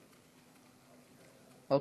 אוקיי,